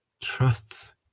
trusts